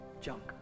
junk